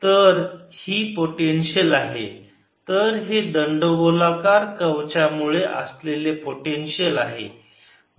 तर ही पोटेन्शियल आहे तर हे दंडगोलाकार कवच्यामुळे असलेले पोटेन्शिअल आहे